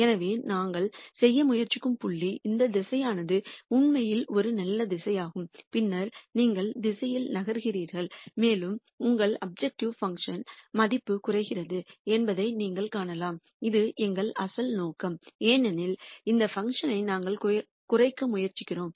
எனவே நாங்கள் செய்ய முயற்சிக்கும் புள்ளி இந்த திசையானது உண்மையில் ஒரு நல்ல திசையாகும் பின்னர் நீங்கள் திசையில் நகர்கிறீர்கள் மேலும் உங்கள் அப்ஜெக்டிவ் பங்க்ஷன் மதிப்பு குறைகிறது என்பதை நீங்கள் காணலாம் இது எங்கள் அசல் நோக்கம் ஏனெனில் இந்த பங்க்ஷன் ஐ நாங்கள் குறைக்க முயற்சிக்கிறோம்